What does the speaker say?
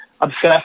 obsessed